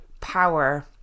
power